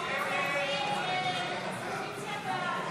52 בעד, 60 נגד.